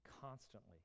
constantly